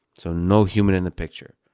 so no human in the picture.